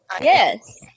Yes